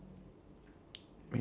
dangerous